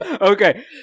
Okay